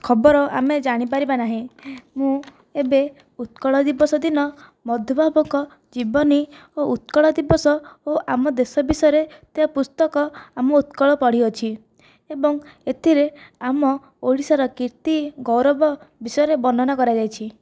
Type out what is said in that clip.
ଖବର ଆମେ ଜାଣିପାରିବା ନାହିଁ ମୁଁ ଏବେ ଉତ୍କଳ ଦିବସ ଦିନ ମଧୁବାବୁଙ୍କ ଜୀବନୀ ଓ ଉତ୍କଳ ଦିବସ ଓ ଆମ ଦେଶ ବିଷୟରେ ଥିବା ପୁସ୍ତକ ଆମ ଉତ୍କଳ ପଢ଼ିଅଛି ଏବଂ ଏଥିରେ ଆମ ଓଡ଼ିଶାର କୀର୍ତ୍ତି ଗୌରବ ବିଷୟରେ ବର୍ଣ୍ଣନା କରାଯାଇଛି